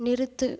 நிறுத்து